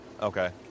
Okay